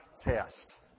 test